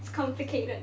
it's complicated